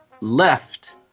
left